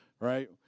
right